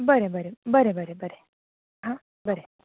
बरें बरें बरें बरें बरें हां बरें